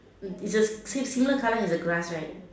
is a similar colour as the grass right